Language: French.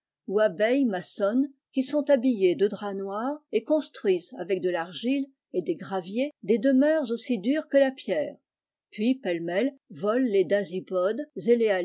ou abeilles maçonnes qui sont habillées de drap noir et construisent avec de l'argile et des graviers des demeures aussi dures que la pierre puis pêlemêle volent les dasypodes